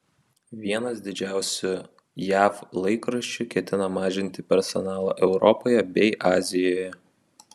vienas didžiausių jav laikraščių ketina mažinti personalą europoje bei azijoje